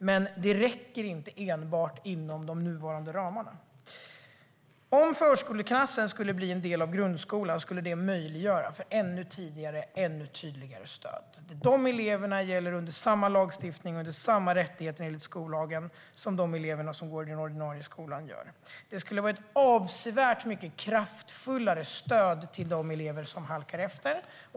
Men det räcker inte enbart inom de nuvarande ramarna. Om förskoleklassen skulle bli en del av grundskolan skulle det möjliggöra för ännu tidigare och ännu tydligare stöd. De eleverna skulle omfattas av samma lagstiftning och samma rättigheter enligt skollagen som de elever som går i den ordinarie skolan gör. Det skulle vara ett avsevärt mycket kraftfullare stöd till de elever som halkar efter.